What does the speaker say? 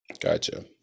Gotcha